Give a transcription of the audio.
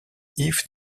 yves